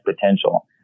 potential